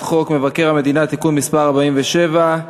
בעד, 42, אפס נגד, אפס נמנעים.